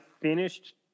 finished